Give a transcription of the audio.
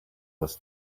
was